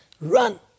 run